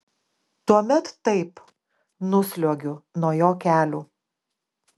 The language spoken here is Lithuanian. tuomet taip nusliuogiu nuo jo kelių